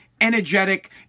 energetic